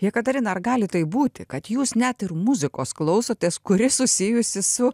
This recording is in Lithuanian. jekaterina ar gali taip būti kad jūs net ir muzikos klausotės kuri susijusi su